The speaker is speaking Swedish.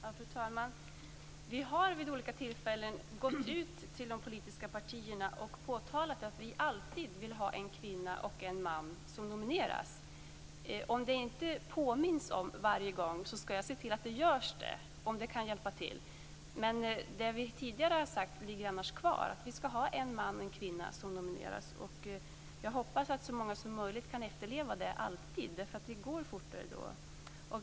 Fru talman! Vi har vid olika tillfällen gått ut till de politiska partierna och påtalat att vi alltid vill ha en kvinna och en man som nomineras. Om det inte påminns om varje gång skall jag se till att det görs, om det kan hjälpa till. Det vi tidigare har sagt ligger annars kvar, dvs. att en man och en kvinna skall nomineras. Jag hoppas att så många som möjligt alltid kan efterleva det, eftersom det går fortare då.